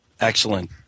Excellent